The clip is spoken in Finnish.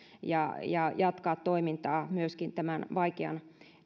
ja ja jatkaa toimintaa myöskin tämän vaikean